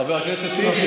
חבר הכנסת טיבי,